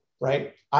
right